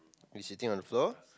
sitting on the floor